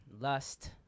lust